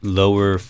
lower